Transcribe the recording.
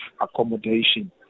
accommodation